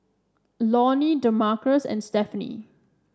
Lonny Damarcus and Stefanie